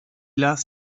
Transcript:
las